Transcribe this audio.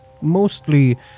mostly